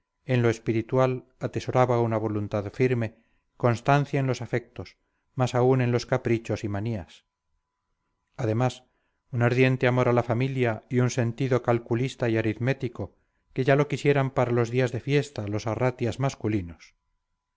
en lo espiritual atesoraba una voluntad firme constancia en los afectos más aún en los caprichos y manías además un ardiente amor a la familia y un sentido calculista y aritmético que ya lo quisieran para los días de fiesta los arratias masculinos